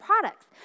products